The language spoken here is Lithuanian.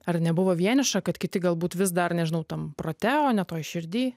ar nebuvo vieniša kad kiti galbūt vis dar nežinau tam prote o ne toj širdy